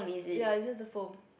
ya is just the form